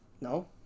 No